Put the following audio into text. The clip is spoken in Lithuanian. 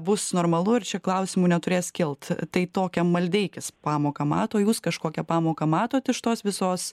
bus normalu ir čia klausimų neturės kilt tai tokia maldeikis pamoką mato jūs kažkokią pamoką matot iš tos visos